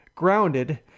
grounded